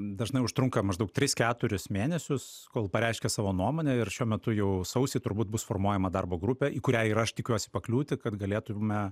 dažnai užtrunka maždaug tris keturis mėnesius kol pareiškia savo nuomonę ir šiuo metu jau sausį turbūt bus formuojama darbo grupė į kurią ir aš tikiuosi pakliūti kad galėtume